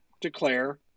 declare